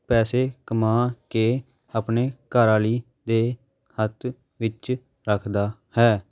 ਪੈਸੇ ਕਮਾ ਕੇ ਆਪਣੇ ਘਰਵਾਲੀ ਦੇ ਹੱਥ ਵਿੱਚ ਰੱਖਦਾ ਹੈ